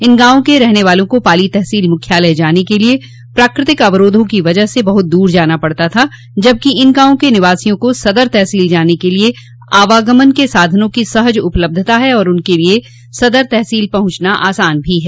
इन गांवों के रहने वालों को पाली तहसील मुख्यालय जाने के लिए प्राकृतिक अवरोधों की वजह से बहुत दूर जाना पड़ता था जबकि इन गांवों के निवासियों को सदर तहसील जाने के लिए आवागमन के साधनों की सहज उपलब्धता है और उनके लिए सदर तहसील पहुंचना आसान भी है